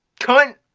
cunt!